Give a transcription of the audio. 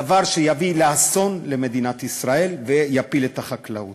דבר שיביא אסון למדינת ישראל ויפיל את החקלאות.